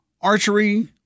archery